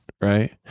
right